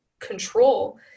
control